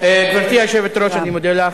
גברתי היושבת-ראש, אני מודה לך.